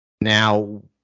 Now